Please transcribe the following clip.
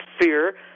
fear